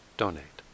donate